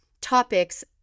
topics